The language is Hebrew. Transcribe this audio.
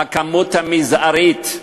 הכמות המזערית,